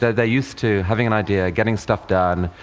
they're used to having an idea, getting stuff done,